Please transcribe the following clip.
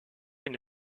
une